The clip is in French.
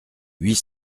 huit